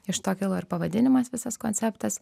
iš to kilo ir pavadinimas visas konceptas